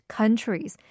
countries